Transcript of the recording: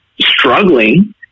struggling